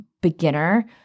beginner